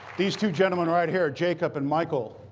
these two gentlemen right here, jacob and michael,